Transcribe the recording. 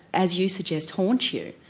as you suggest, haunt you?